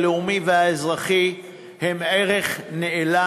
הלאומי והאזרחי הוא ערך נעלה,